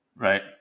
right